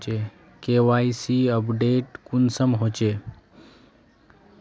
KYC update कुंसम होचे?